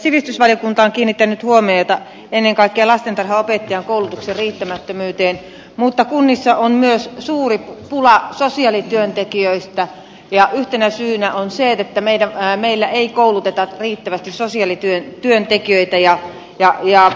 sivistysvaliokunta on kiinnittänyt huomiota ennen kaikkea lastentarhanopettajien koulutuksen riittämättömyyteen mutta kunnissa on myös suuri pula sosiaalityöntekijöistä ja yhtenä syynä on se että meillä ei kouluteta riittävästi sosiaalityöntekijöitä